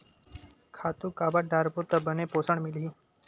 खातु काबर डारबो त बने पोषण मिलही?